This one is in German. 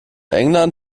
england